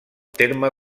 terme